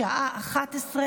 התקבלה פה אחד,